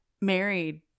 married